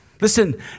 Listen